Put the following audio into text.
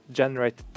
generate